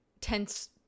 tense